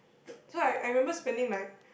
so I I remember spending like